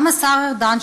גם השר ארדן.